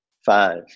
five